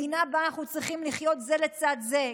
מדינה שבה אנחנו צריכים לחיות זה לצד זה,